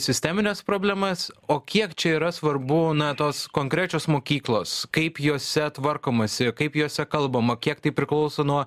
sistemines problemas o kiek čia yra svarbu na tos konkrečios mokyklos kaip jose tvarkomasi kaip jose kalbama kiek tai priklauso nuo